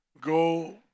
go